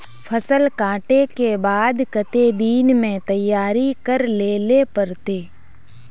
फसल कांटे के बाद कते दिन में तैयारी कर लेले पड़ते?